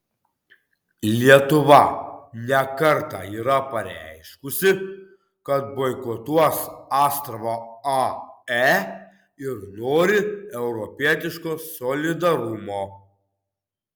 lietuva ne kartą yra pareiškusi kad boikotuos astravo ae ir nori europietiško solidarumo